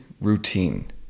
routine